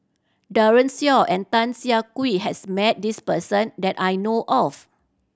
Daren Shiau and Tan Siah Kwee has met this person that I know of